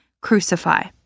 Crucify